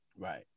right